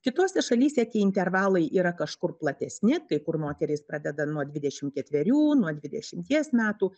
kitose šalyse tie intervalai yra kažkur platesni kai kur moterys pradeda nuo dvidešimt ketverių nuo dvidešimties metų